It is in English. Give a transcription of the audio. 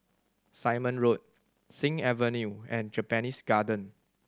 Simon Road Sing Avenue and Japanese Garden